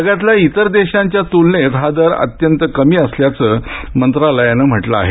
जगातील इतर देशांच्या तुलनेत हा दर अत्यंत कमी असल्याचं मंत्रालयानं म्हटलं आहे